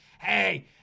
Hey